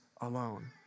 alone